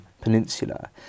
peninsula